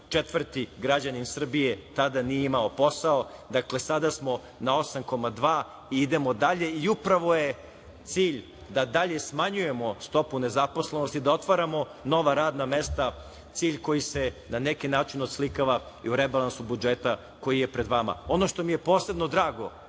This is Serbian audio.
četvrti građanin Srbije tada nije imao posao. Dakle, sada smo na 8,2% i idemo dalje. Upravo je cilj da dalje smanjujemo stopu nezaposlenosti, da otvaramo nova radna mesta, cilj koji se na neki način oslikava i u rebalansu budžeta koji je pred vama. Ono što mi je posebno drago,